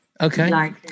okay